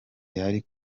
yari